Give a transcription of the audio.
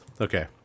Okay